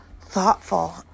thoughtful